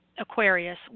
Aquarius